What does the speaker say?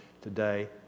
today